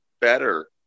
better